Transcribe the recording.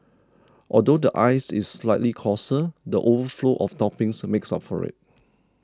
although the ice is slightly coarser the overflow of toppings makes up for it